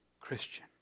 Christian